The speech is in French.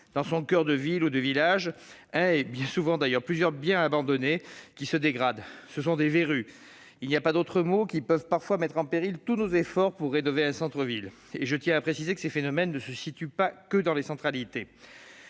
dans son coeur de ville et de village, un bien abandonné- souvent plusieurs, d'ailleurs -qui se dégrade. Ce sont des verrues- il n'y a pas d'autres mots -, qui peuvent parfois mettre en péril tous nos efforts pour rénover un centre-ville. Je tiens à préciser que ces phénomènes ne se situent pas que dans les centralités.